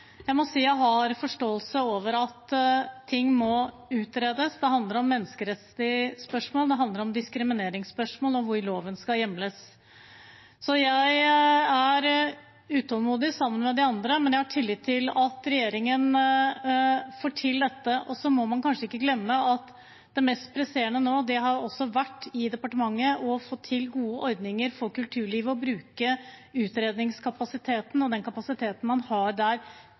jeg må si at jeg har forståelse for at det må utredes. Det handler om menneskerettslige spørsmål, det handler om diskrimineringsspørsmål og om hvor loven skal hjemles. Jeg er utålmodig sammen med de andre, men jeg har tillit til at regjeringen får til dette. Så må man kanskje ikke glemme at det mest presserende nå har vært i departementet å få til gode ordninger for kulturlivet og bruke utredningskapasiteten – den kapasiteten man har der